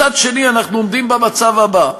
מצד שני, אנחנו עומדים במצב הבא: